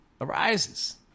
arises